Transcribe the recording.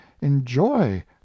enjoy